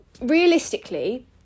realistically